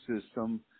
system